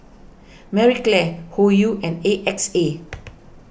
Marie Claire Hoyu and A X A